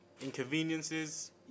Inconveniences